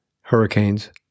Hurricanes